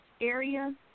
area